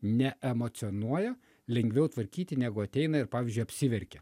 ne emocionuoja lengviau tvarkyti negu ateina ir pavyzdžiui apsiverkia